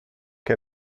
che